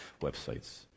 websites